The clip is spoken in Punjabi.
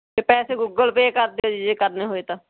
ਅਤੇ ਪੈਸੇ ਗੁੱਗਲ ਪੇ ਕਰ ਦਿਓ ਜੀ ਜੇ ਕਰਨੇ ਹੋਏ ਤਾਂ